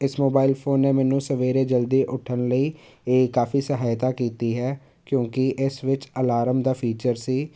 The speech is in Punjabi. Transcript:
ਇਸ ਮੋਬਾਈਲ ਫੋਨ ਨੇ ਮੈਨੂੰ ਸਵੇਰੇ ਜਲਦੀ ਉੱਠਣ ਲਈ ਇਹ ਕਾਫੀ ਸਹਾਇਤਾ ਕੀਤੀ ਹੈ ਕਿਉਂਕਿ ਇਸ ਵਿੱਚ ਅਲਾਰਮ ਦਾ ਫੀਚਰ ਸੀ